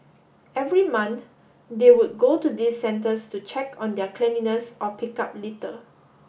every month they would go to these centres to check on their cleanliness or pick up litter